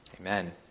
Amen